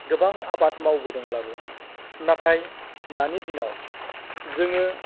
गोबां आबाद मावबोदोंब्लाबो नाथाय दानि दिनाव जोङो